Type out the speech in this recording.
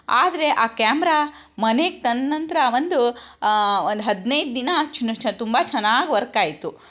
ಆದರೆ ಆ ಕ್ಯಾಮ್ರಾ ಮನೆಗೆ ತಂದನಂತ್ರ ಒಂದು ಒಂದು ಹದಿನೈದು ದಿನ ತುಂಬ ಚೆನ್ನಾಗಿ ವರ್ಕಾಯಿತು